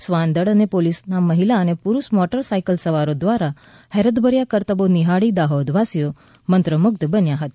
શ્વાન દળ અને પોલીસના મહિલા અને પુરૃષ મોટર સાઇકલ સવારો દ્વારા હેરતભર્યા કરતબો નિહાળી દાહોદવાસીઓ મંત્રમુગ્ધ બન્યાં હતા